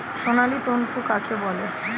সোনালী তন্তু কাকে বলে?